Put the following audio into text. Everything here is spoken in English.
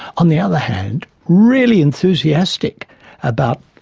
on the other hand really enthusiastic about,